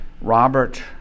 Robert